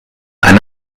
ein